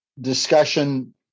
discussion